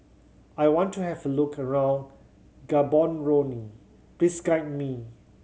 I want to have a look around Gaborone please guide me